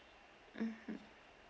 mmhmm